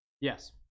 Yes